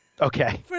Okay